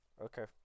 Okay